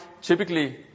typically